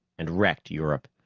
and wrecked europe,